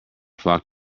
flock